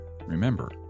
remember